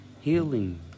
healing